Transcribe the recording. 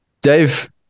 dave